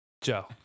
Joe